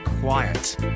quiet